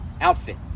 outfit